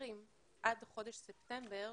עד חודש ספטמבר,